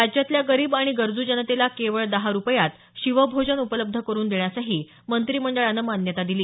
राज्यातल्या गरीब आणि गरजू जनतेला केवळ दहा रुपयात शिवभोजन उपलब्ध करुन देण्यासही मंत्रिमंडळानं मान्यता दिली